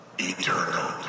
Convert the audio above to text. eternal